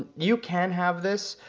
you can have this,